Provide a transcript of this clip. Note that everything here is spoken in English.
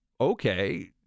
okay